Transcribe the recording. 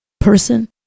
person